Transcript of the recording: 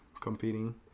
competing